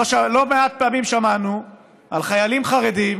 לא מעט פעמים שמענו על חיילים חרדים